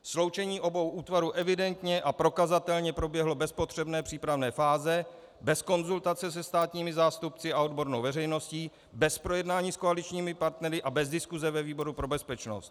Sloučení obou útvarů evidentně a prokazatelně proběhlo bez potřebné přípravné fáze, bez konzultace se státními zástupci a odbornou veřejností, bez projednání s koaličními partnery a bez diskuse ve výboru pro bezpečnost.